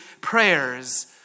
prayers